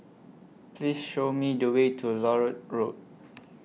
Please Show Me The Way to Larut Road